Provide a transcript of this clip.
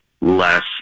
less